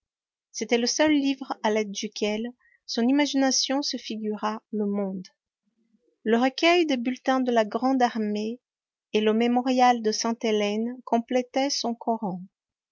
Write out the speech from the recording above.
c'était le seul livre à l'aide duquel son imagination se figurât le monde le recueil des bulletins de la grande armée et le mémorial de sainte-hélène complétaient son coran